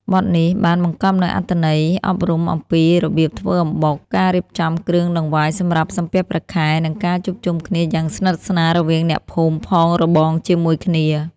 បទនេះបានបង្កប់នូវអត្ថន័យអប់រំអំពីរបៀបធ្វើអំបុក ការរៀបចំគ្រឿងដង្វាយសម្រាប់សំពះព្រះខែ និងការជួបជុំគ្នាយ៉ាងស្និទ្ធស្នាលរវាងអ្នកភូមិផងរបងជាមួយគ្នា។